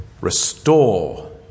Restore